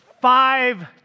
five